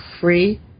free